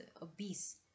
obese